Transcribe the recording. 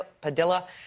Padilla